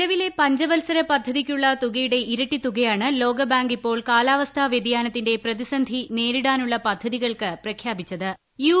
നിലവിലെ പഞ്ച വത്സര പദ്ധതിക്കുള്ള തുകയുടെ ഇരട്ടിത്തുകയാണ് ലോക ബാങ്ക് ഇപ്പോൾ കാലാവസ്ഥാ വ്യതിയാനത്തിന്റെ പ്രതിസന്ധി നേരിടാനുള്ള പദ്ധതികൾക്ക് യു